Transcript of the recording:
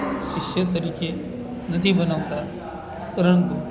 શિષ્ય તરીકે નથી બનાવતા પરંતુ